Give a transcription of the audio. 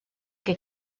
que